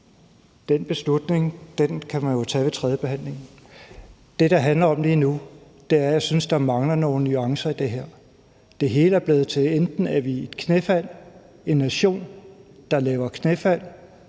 Den beslutning kan man jo tage ved tredjebehandlingen. Det, det handler om lige nu, er, at jeg synes, der mangler nogle nuancer i det her. Det hele er blevet til, at enten er vi en nation, der laver et knæfald